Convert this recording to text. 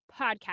podcast